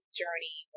journey